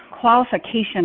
qualification